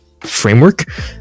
framework